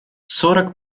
сорок